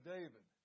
David